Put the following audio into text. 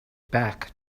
back